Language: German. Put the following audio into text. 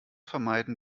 vermeiden